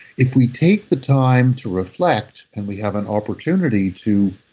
if we take the time to reflect and we have an opportunity to